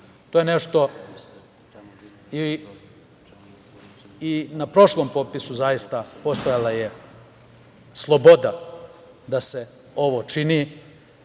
je nešto, i na prošlom popisu zaista postojala je sloboda da se ovo čini,